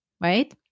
Right